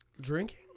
drinking